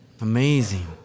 Amazing